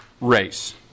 race